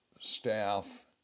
staff